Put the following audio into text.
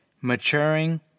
Maturing